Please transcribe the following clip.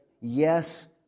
yes